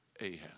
Ahab